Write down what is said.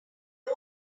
low